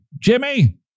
Jimmy